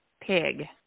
Pig